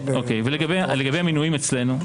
לגבי המינויים אצלנו.